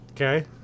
Okay